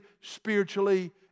spiritually